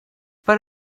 per